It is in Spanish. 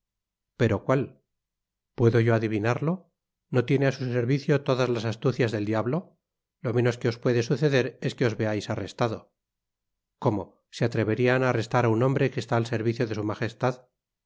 pero cuál puedo yo adivinarlo no tiene á su servicio todas las astucias del diablo lo menos que os puede suceder es que os veais arrestado como i se atreverían á arrestar á un hombre que está al servicio de so magestad